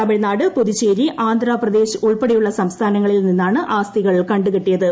തമിഴ്നാട് പുതുച്ചേരി ആന്ധ്രാപ്രദേശ് ഉൾപ്പെടെയുള്ള സംസ്ഥാനങ്ങളിൽ നിന്നാണ് ആസ്തികൾ കണ്ടുകെട്ടിയത്